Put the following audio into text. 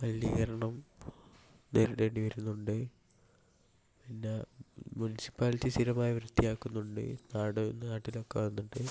മലിനീകരണം നേരിടേണ്ടി വരുന്നുണ്ട് പിന്നെ മുൻസിപ്പാലിറ്റി സ്ഥിരമായി വൃത്തിയാക്കുന്നുണ്ട് നാട് നാട്ടിലൊക്കെ വന്നിട്ട്